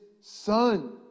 Son